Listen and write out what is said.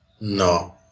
No